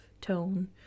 tone